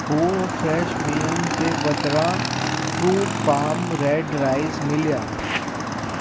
हू फ़्रेश बिहंनि जे बदिरां ट्रूफार्म रेड राइस मिलिया